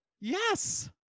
Yes